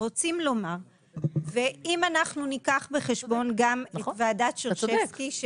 אם אנחנו ניקח בחשבון גם את ועדת שרשבסקי,